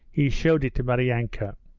he showed it to maryanka.